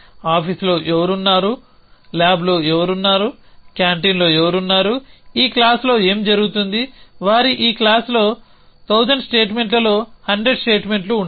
ఆఫీస్లో ఎవరు ఉన్నారు ల్యాబ్లో ఎవరు ఉన్నారు క్యాంటీన్లో ఎవరు ఉన్నారు ఈ క్లాస్లో ఏం జరుగుతోంది వారి ఈ క్లాస్లో 1000 స్టేట్మెంట్లలో 100 స్టేట్మెంట్ లు ఉంటాయి